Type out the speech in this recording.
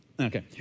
Okay